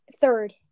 third